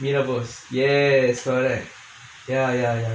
mee rebus yes correct ya ya